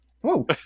Whoa